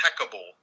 impeccable